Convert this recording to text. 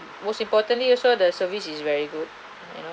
most importantly also the service is very good you know